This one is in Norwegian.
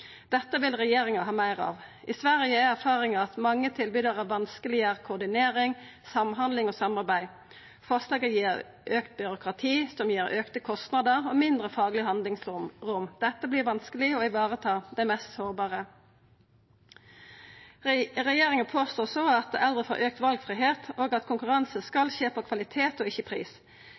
Dette vil regjeringa ha meir av. I Sverige er erfaringa at mange tilbydarar vanskeleggjer koordinering, samhandling og samarbeid. Forslaget gir auka byråkrati, som gir auka kostnader og eit mindre fagleg handlingsrom. Dette gjer det vanskeleg å vareta dei mest sårbare. Regjeringa påstår også at eldre får auka valfridom, og at konkurranse skal skje på kvalitet og ikkje på pris,